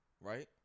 Right